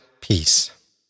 peace